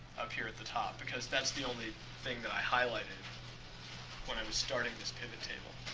up here at the top, because that's the only thing that i highlighted when i was starting this pivot table.